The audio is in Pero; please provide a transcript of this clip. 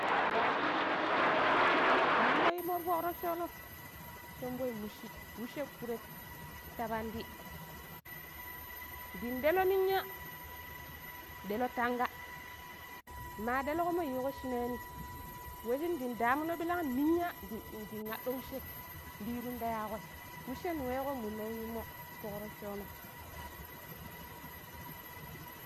﻿Waa kumbili shine weƙo shiki muno yiimo foƙ roccono somboi mushi washe kuret ta pandi ndin ɗelo ninya ndelo tanga ma ɗelkomo yiƙo shinani we shin dang damuno ɓilang ninya ndang, ndiang aɗɗo weshe ndirun tayaƙoi weshe ni weƙo munno yimoti foƙ roccono.